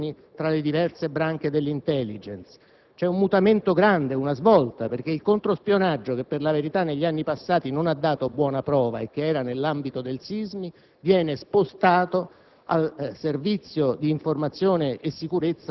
quali la distinzione delle funzioni tra le diverse branche dell'*intelligence*. C'è un mutamento grande, una svolta, perché il controspionaggio, che per la verità negli anni passati non ha dato buona prova e che era nell'ambito del SISMI, viene spostato